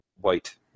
white